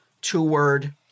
two-word